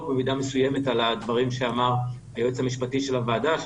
במידה מסוימת על הדברים שאמר היועץ המשפטי של הוועדה,